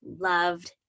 loved